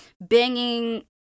banging